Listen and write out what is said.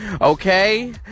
Okay